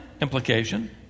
implication